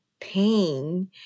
pain